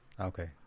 Okay